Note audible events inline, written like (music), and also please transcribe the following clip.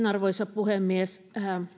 (unintelligible) arvoisa puhemies